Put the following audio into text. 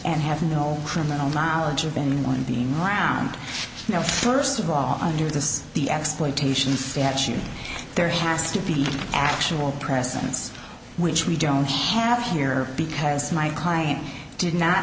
and have no criminal knowledge of been one theme around now first of all under this the exploitation statute there has to be actual precedence which we don't have here because my client did